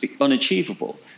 unachievable